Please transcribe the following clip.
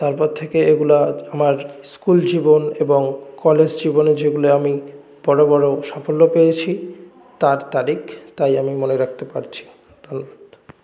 তারপর থেকে এগুলো আমার স্কুল জীবন এবং কলেজ জীবনে যেগুলোয় আমি বড় বড় সফল্য পেয়েছি তার তারিখ তাই আমি মনে রাখতে পারছি ধন্যবাদ